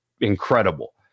incredible